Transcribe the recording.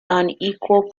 unequal